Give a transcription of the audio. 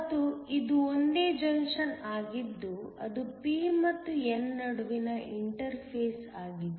ಮತ್ತು ಇದು ಒಂದೇ ಜಂಕ್ಷನ್ ಆಗಿದ್ದು ಅದು p ಮತ್ತು n ನಡುವಿನ ಇಂಟರ್ಫೇಸ್ ಆಗಿದೆ